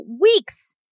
weeks